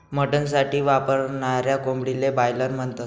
mutton साठी वापरनाऱ्या कोंबडीले बायलर म्हणतस